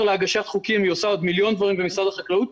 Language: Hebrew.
להגשת חוקים היא עושה עוד מיליון דברים במשרד החקלאות,